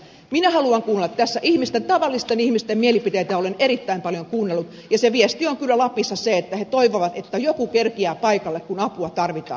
minä haluan kuunnella tavallisten ihmisten mielipiteitä ja olen erittäin paljon kuunnellut ja viesti on kyllä lapissa se että he toivovat että joku kerkiää paikalle kun apua tarvitaan